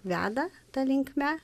veda ta linkme